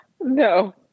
No